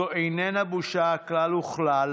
זו איננה בושה כלל וכלל,